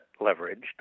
leveraged